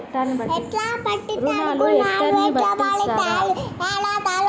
రుణాలు హెక్టర్ ని బట్టి ఇస్తారా?